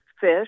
fish